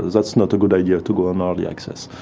that's not a good idea to go on early access.